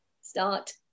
Start